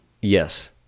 Yes